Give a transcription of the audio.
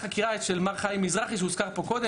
החקירה של מר חיים מזרחי שהוזכר פה קודם.